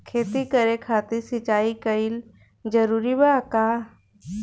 खेती करे खातिर सिंचाई कइल जरूरी बा का?